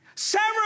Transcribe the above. Sarah